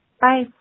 bye